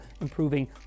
improving